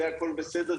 הכול בסדר,